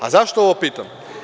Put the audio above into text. A zašto ovo pitam?